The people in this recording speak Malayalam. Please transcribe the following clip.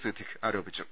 സിദ്ധീഖ് ആരോപിച്ചു